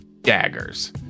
Daggers